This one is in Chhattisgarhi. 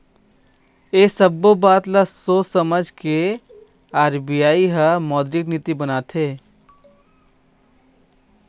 ऐ सब्बो बात ल सोझ समझ के आर.बी.आई ह मौद्रिक नीति बनाथे